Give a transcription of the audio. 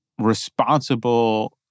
responsible